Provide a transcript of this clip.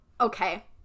okay